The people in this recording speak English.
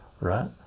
right